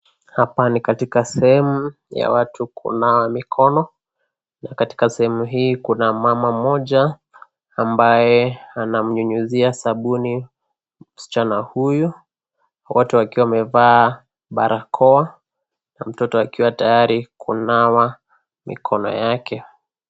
Hapa ni katika sehemu ya watu kunawa mikono na katika sehemu hii kuna mama mmoja ambaye anamnyunyizia sabuni msichana huyu wote wakiwa wamevaa barakoa na mtoto akiwa tayari kunawa mikono yake.